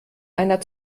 einer